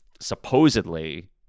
supposedly